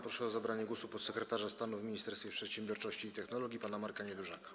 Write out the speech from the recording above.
Proszę o zabranie głosu podsekretarza stanu w Ministerstwie Przedsiębiorczości i Technologii pana Marka Niedużaka.